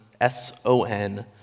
S-O-N